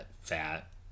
fat